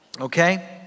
okay